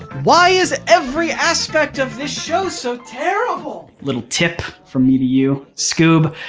why is every aspect of this show so terrible? little tip from me to you, scoob,